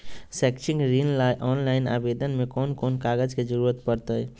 शैक्षिक ऋण ला ऑनलाइन आवेदन में कौन कौन कागज के ज़रूरत पड़तई?